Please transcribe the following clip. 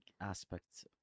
aspects